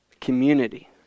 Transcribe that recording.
community